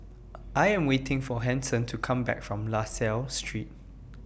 I Am waiting For Hanson to Come Back from La Salle Street